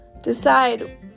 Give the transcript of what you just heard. decide